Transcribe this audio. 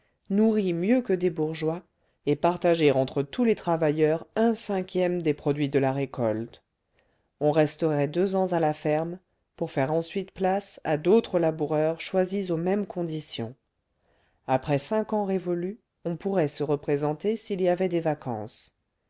nourri mieux que des bourgeois et partager entre tous les travailleurs un cinquième des produits de la récolte on resterait deux ans à la ferme pour faire ensuite place à d'autres laboureurs choisis aux mêmes conditions après cinq ans révolus on pourrait se représenter s'il y avait des vacances